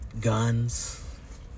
guns